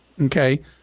Okay